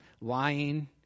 lying